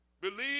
Believe